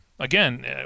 Again